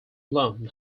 loan